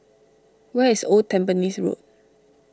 where is Old Tampines Road